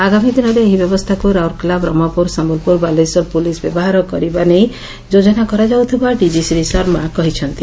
ଆଗାମୀ ଦିନରେ ଏହି ବ୍ୟବସ୍ଥାକୁ ରାଉରକେଲା ବ୍ରହ୍କପୁର ସମ୍ଭଲପୁର ବାଲେଶ୍ୱର ପୁଲିସ୍ ବ୍ୟବହାର କରିବା ନେଇ ଯୋଜନା କରାଯାଉଥିବା ଡିଜି ଶ୍ରୀ ଶର୍ମା କହିଛନ୍ତି